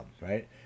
right